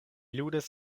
ludis